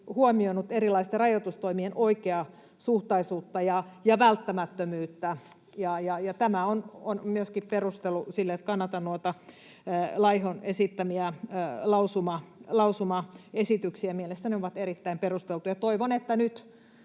huomioinut erilaisten rajoitustoimien oikeasuhtaisuutta ja välttämättömyyttä, niin tämä on myöskin perustelu sille, että kannatan noita Laihon esittämiä lausumaesityksiä. Mielestäni ne ovat erittäin perusteltuja. Toivon, että te